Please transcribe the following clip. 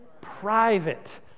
private